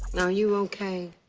are you okay?